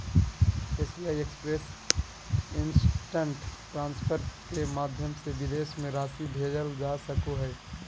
SBI express instant transfer के माध्यम से विदेश में राशि भेजल जा सको हइ